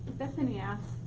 bethany asks,